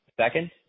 Second